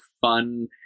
fun